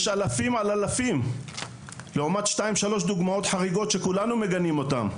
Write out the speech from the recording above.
יש אלפים על אלפים לעומת שתיים-שלוש דוגמאות חריגות שכולנו מגנים אותם,